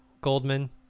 Goldman